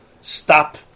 Stop